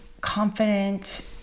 confident